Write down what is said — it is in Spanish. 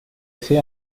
ese